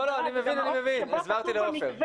לא, אני מבין, הסברתי לעופר.